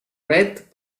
red